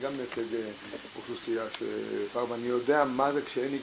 אני גם מייצג אוכלוסייה ואני יודע מה זה כשאין נגישות,